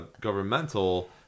governmental